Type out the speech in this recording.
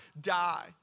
die